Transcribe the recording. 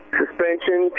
suspension